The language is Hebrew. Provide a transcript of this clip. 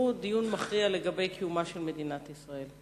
הוא דיון מכריע לקיומה של מדינת ישראל.